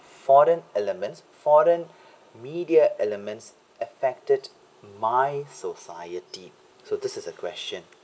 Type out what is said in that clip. foreign elements foreign media elements affected my society so this is a question